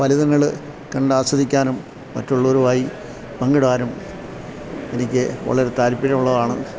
ഫലിതങ്ങൾ കണ്ട് ആസ്വദിക്കാനും മറ്റുള്ളവരുവായി പങ്കിടുവാനും എനിക്ക് വളരെ താൽപര്യമുള്ളതാണ്